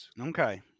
Okay